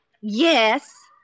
Yes